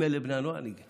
אם אלה בני הנוער, אני גאה.